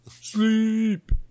Sleep